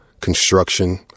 construction